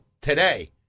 today